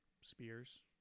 spears